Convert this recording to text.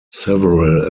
several